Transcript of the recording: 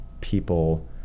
people